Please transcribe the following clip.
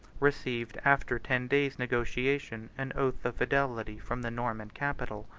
received, after ten days' negotiation, an oath of fidelity from the norman capital,